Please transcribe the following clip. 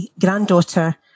granddaughter